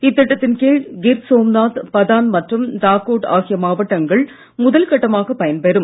இத்திட்டத்தின் கீழ் கிர் சோம்நாத் பதான் மற்றும் தாகோட் ஆகிய மாவட்டங்கள் முதல் கட்டமாக பயன்பெறும்